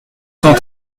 cent